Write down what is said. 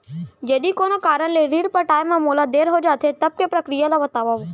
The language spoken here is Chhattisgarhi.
यदि कोनो कारन ले ऋण पटाय मा मोला देर हो जाथे, तब के प्रक्रिया ला बतावव